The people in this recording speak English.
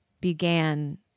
began